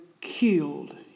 killed